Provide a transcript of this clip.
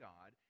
God